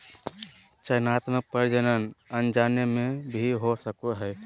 चयनात्मक प्रजनन अनजाने में भी हो सको हइ